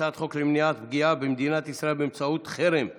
הצעת חוק למניעת פגיעה במדינת ישראל באמצעות חרם (תיקון,